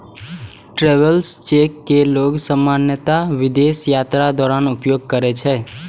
travellers cheque कें लोग सामान्यतः विदेश यात्राक दौरान उपयोग करै छै